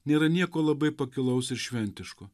nėra nieko labai pakilaus ir šventiško